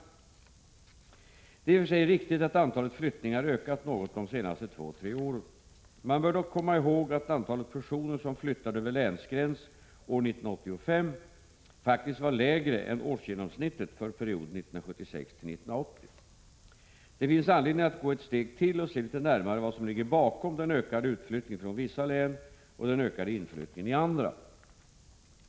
Det är i och för sig riktigt att antalet flyttningar ökat något de senaste två tre åren. Man bör dock komma ihåg att antalet personer som flyttade över länsgräns 1985 faktiskt var lägre än 5 miska effekterna av regional obalans årsgenomsnittet för perioden 1976—1980. Det finns anledning att gå ett steg till och se litet närmare på vad som ligger bakom den ökade utflyttningen från vissa län och den ökade inflyttningen i andra.